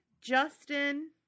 Justin